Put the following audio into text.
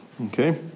Okay